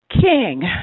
King